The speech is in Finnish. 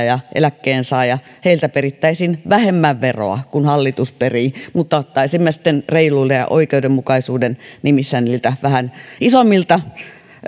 ja eläkkeensaajilta perittäisiin vähemmän veroa kuin hallitus perii mutta ottaisimme reiluuden ja oikeudenmukaisuuden nimissä niiltä vähän isommilta